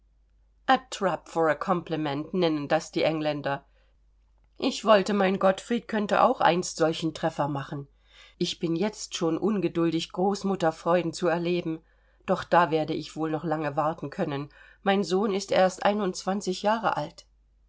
compliment nennen das die engländer ich wollte mein gottfried könnte auch einst solchen treffer machen ich bin jetzt schon ungeduldig großmutterfreuden zu erleben doch da werde ich wohl noch lange warten können mein sohn ist erst einundzwanzig jahre alt